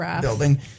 building